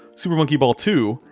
super monkey ball two,